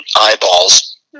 eyeballs